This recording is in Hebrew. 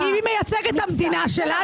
--- ואם מי היא מייצגת את המדינה שלנו?